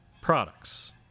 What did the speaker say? products